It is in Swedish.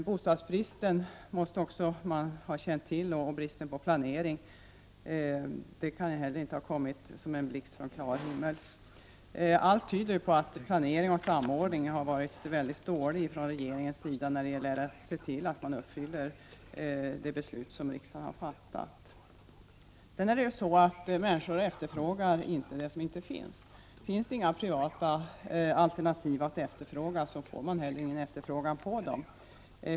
Bostadsbristen måste man också ha känt till, och bristen på planering kan heller inte ha kommit som en blixt från en klar himmel. Allt tyder på att regeringens planering och samordning när det gäller att se till att uppfylla det beslut som riksdagen fattat har varit mycket dålig. Sedan är det så att människor inte efterfrågar det som inte finns! Om det inte finns några privata alternativ att efterfråga får man heller ingen efterfrågan på dem.